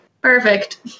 perfect